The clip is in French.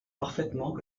parfaitement